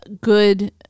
good